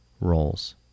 roles